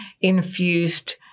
infused